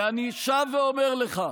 ואני שב ואומר לך,